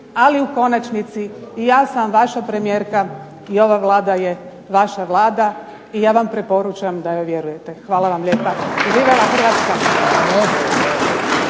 ali u konačnici i ja sam vaša premijerka i ova Vlada je vaša Vlada i ja vam preporučam da joj vjerujete. Hvala vam lijepa.